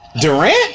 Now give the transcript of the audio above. Durant